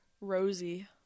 Rosie